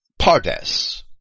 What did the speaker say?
Pardes